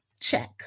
Check